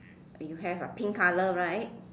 you have ah pink color right